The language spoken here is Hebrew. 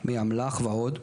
מאמל"ח ועוד,